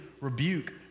rebuke